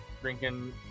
drinking